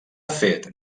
fet